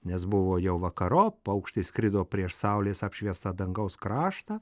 nes buvo jau vakarop paukštis skrido prieš saulės apšviestą dangaus kraštą